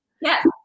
Yes